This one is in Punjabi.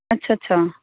ਅੱਛਾ ਅੱਛਾ